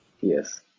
Yes